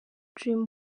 dream